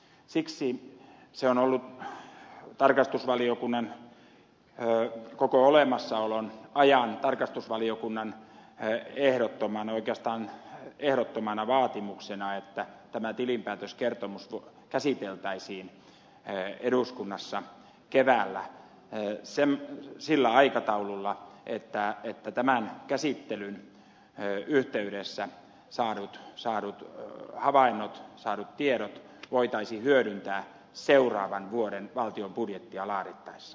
siksi on ollut tarkastusvaliokunnan koko olemassaolon ajan tarkastusvaliokunnan oikeastaan ehdottomana vaatimuksena että tämä tilinpäätöskertomus käsiteltäisiin eduskunnassa keväällä sillä aikataululla että tämän käsittelyn yhteydessä saadut havainnot saadut tiedot voitaisiin hyödyntää seuraavan vuoden valtion budjettia laadittaessa